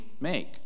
make